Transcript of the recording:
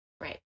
right